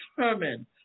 determined